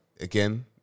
again